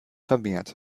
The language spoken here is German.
vermehrt